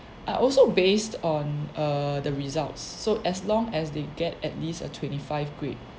are also based on err the results so as long as they get at least a twenty five grade